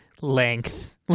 length